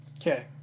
Okay